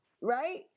Right